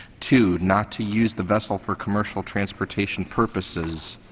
two, not to use the vessel for commercial transportation purposes.